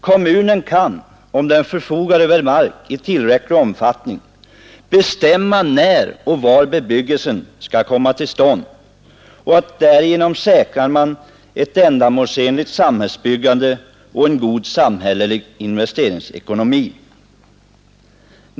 Kommunen kan, om den förfogar över mark i tillräcklig omfattning, bestämma när och var bebyggelse skall komma till stånd. Därigenom säkrar man ett ändamålsenligt samhällsbyggande och en god samhällelig investeringsekonomi.